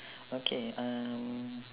okay um